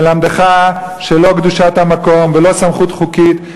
ללמדך שלא קדושת המקום ולא סמכות חוקית,